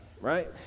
right